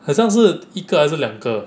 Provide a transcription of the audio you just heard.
很像是一个还是两个